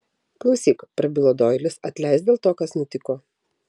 klausyk prabilo doilis atleisk dėl to kas nutiko